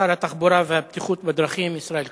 שר התחבורה והבטיחות בדרכים ישראל כץ.